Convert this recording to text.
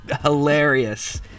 hilarious